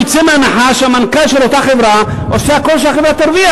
הוא יצא מהנחה שהמנכ"ל של אותה חברה עושה הכול כדי שהחברה תרוויח,